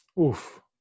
Oof